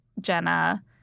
Jenna